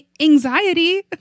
Anxiety